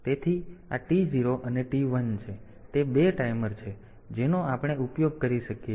તેથી તે 2 ટાઈમર છે જેનો આપણે ઉપયોગ કરી શકીએ છીએ